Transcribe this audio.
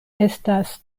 estas